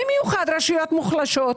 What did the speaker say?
ובמיוחד רשויות מוחלשות,